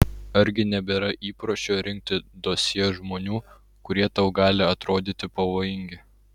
argi nebėra įpročio rinkti dosjė žmonių kurie tau gali atrodyti pavojingi